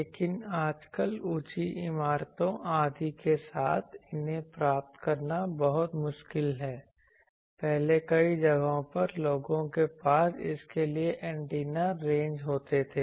लेकिन आजकल ऊंची इमारतों आदि के साथ इन्हें प्राप्त करना बहुत मुश्किल है पहले कई जगहों पर लोगों के पास इसके लिए एंटीना रेंज होते थे